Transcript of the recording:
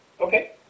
Okay